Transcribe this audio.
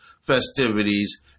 festivities